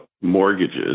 mortgages